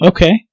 Okay